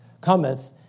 cometh